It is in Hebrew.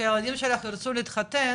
כשהילדים שלך ירצו להתחתן,